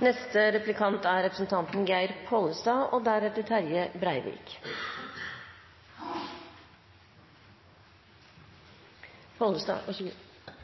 Vi er inne i en tid med mye usikkerhet i Europa. Det fører til behov for satsing på beredskap. Fremskrittspartiet og